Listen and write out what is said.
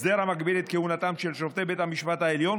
הסדר המגביל את כהונתם של שופטי בית המשפט העליון,